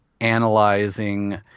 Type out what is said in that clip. analyzing